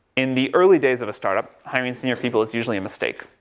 in the early days of a startup, hiring senior people is usually a mistake.